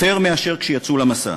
יותר מאשר כשיצאו למסע.